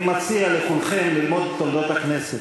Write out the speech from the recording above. אני מציע לכולכם ללמוד את תולדות הכנסת.